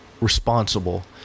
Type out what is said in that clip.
responsible